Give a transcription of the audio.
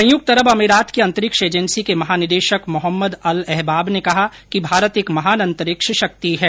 संयुक्त अरब अमारात की अंतरिक्ष एजेंसी के महानिदेशक मोहम्मद अल अहबाब ने कहा है कि भारत एक महान अंतरिक्ष शक्ति है